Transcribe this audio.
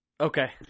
Okay